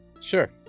sure